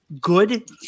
good